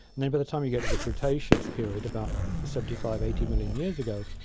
and then by the time you get to the cretaceous period, about seventy five eighty million years ago,